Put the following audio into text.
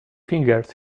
fingers